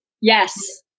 Yes